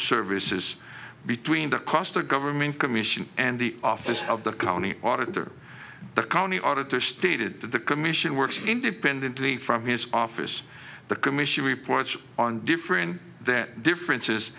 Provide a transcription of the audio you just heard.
services between the coster government commission and the office of the county auditor the county auditor stated that the commission works independently from his office the commission reports on different then differences